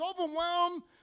overwhelmed